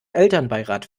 elternbeirat